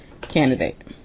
candidate